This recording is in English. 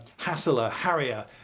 hassler, harrier,